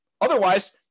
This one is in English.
Otherwise